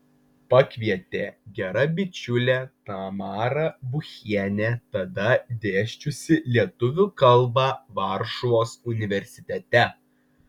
pakvietė gera bičiulė tamara buchienė tada dėsčiusi lietuvių kalbą varšuvos universitete